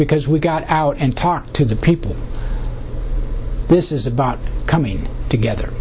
because we got out and talked to the people this is about coming together